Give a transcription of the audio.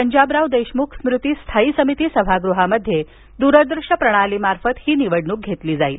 पंजाबराव देशमुख स्मृती स्थायी समिती सभागृहामध्ये दूरदृष्य प्रणाली मार्फत ही निवडणूक घेतली जाईल